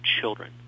children